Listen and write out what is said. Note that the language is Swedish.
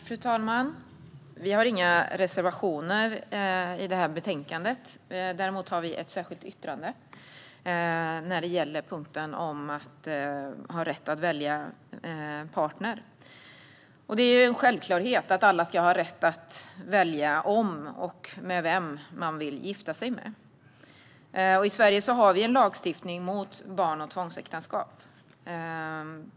Fru talman! Vi har inga reservationer i detta betänkande; däremot har vi ett särskilt yttrande om rätten att välja partner. Det är en självklarhet att alla ska ha rätt att välja om, och med vem, man vill gifta sig. I Sverige har vi lagstiftning mot barn och tvångsäktenskap.